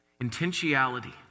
Intentionality